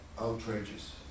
outrageous